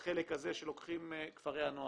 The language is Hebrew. והחלק הזה שלוקחים כפרי הנוער.